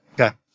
Okay